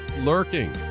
lurking